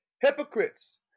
hypocrites